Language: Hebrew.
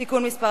(תיקון מס'